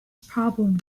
problem